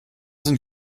sind